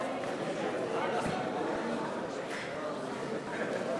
חברי הכנסת והשרים,